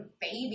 baby